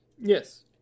Yes